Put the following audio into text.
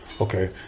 Okay